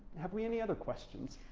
have we any other questions?